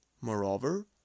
Moreover